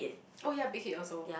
oh yea Big-Hit also